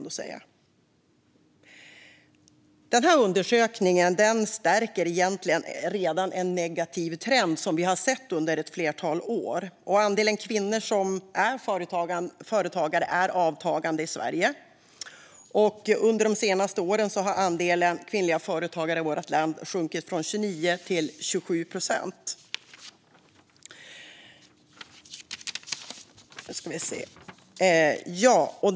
Det undersökningen visar stärker en negativ trend som vi sett under ett flertal år. Andelen kvinnor som är företagare är minskande i Sverige. Under de tre senaste åren har andelen kvinnliga företagare i vårt land sjunkit från 29 procent till 27 procent.